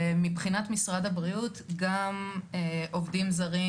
שמבחינת משרד הבריאות גם עובדים זרים